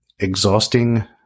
Exhausting